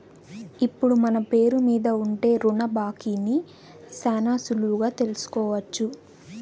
ఇప్పుడు మన పేరు మీద ఉండే రుణ బాకీని శానా సులువుగా తెలుసుకోవచ్చు